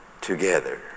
together